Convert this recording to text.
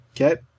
Okay